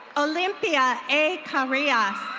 olympia a kurrias.